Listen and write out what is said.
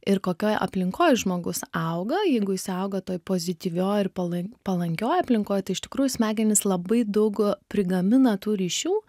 ir kokioj aplinkoj žmogus auga jeigu jis auga toj pozityvioj ir palan palankioj aplinkoj tai iš tikrųjų smegenys labai daug prigamina tų ryšių